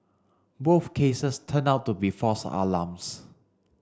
both cases turned out to be false alarms